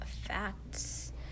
facts